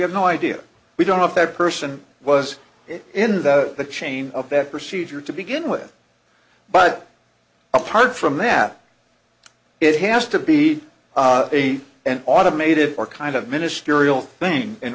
have no idea we don't know if that person was in the chain of that procedure to begin with but apart from that it has to be an automated or kind of ministerial thing in